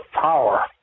power